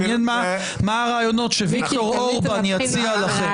מעניין מה הרעיונות של ויקטור אורבן יציע לכם.